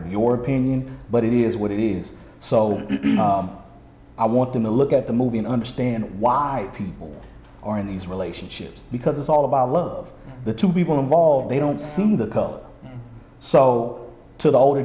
of your opinion but it is what it is so i want them to look at the movie and understand why people are in these relationships because it's all about love the two people involved they don't see the color so to the older